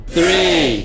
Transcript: Three